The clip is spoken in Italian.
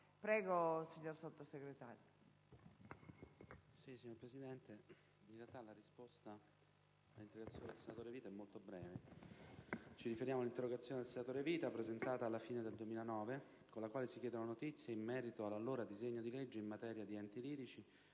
Consiglio dei ministri*. Signora Presidente, in realtà la risposta all'interrogazione del senatore Vita sarà molto breve. Mi riferisco all'interrogazione n. 3-01099, presentata alla fine del 2009, con la quale si chiedono notizie in merito all'allora disegno di legge in materia di enti lirici,